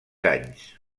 anys